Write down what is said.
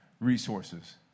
resources